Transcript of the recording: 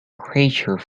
creature